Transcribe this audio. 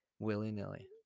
willy-nilly